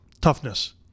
toughness